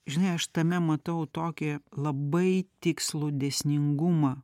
žinai aš tame matau tokį labai tikslų dėsningumą